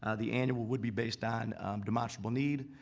ah the annual would be based on demonstrable need.